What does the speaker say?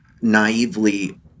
naively